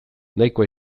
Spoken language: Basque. nahikoa